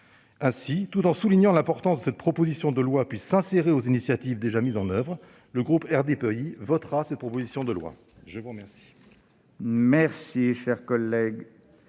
Ainsi, tout en soulignant l'importance que cette proposition de loi puisse s'insérer aux initiatives déjà mises en oeuvre, le groupe RDPI votera ce texte. La parole